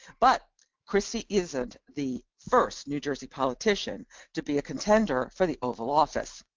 but christie isn't the first new jersey politician to be a contender for the oval office.